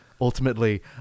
Ultimately